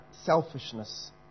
selfishness